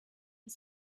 das